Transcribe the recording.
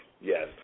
yes